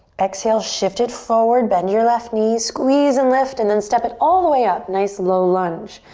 exhale, shift it forward, bend your left knee, squeeze and lift and then step it all the way up, nice, low lunge.